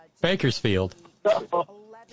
Bakersfield